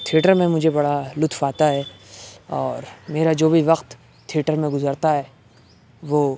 theatre میں مجھے بڑا لطف آتا ہے اور میرا جو بھی وقت تھئیٹر میں گذرتا ہے وہ